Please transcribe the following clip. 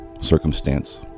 circumstance